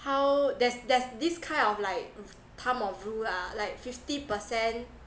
how there's there's this kind of like thumb of rule lah like fifty percent